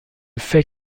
fait